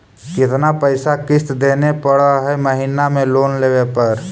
कितना पैसा किस्त देने पड़ है महीना में लोन लेने पर?